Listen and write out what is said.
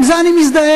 עם זה אני מזדהה.